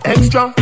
Extra